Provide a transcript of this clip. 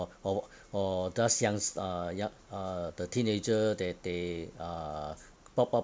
or or or those youngs~ uh young uh the teenager they they uh pop up